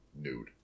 nude